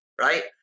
right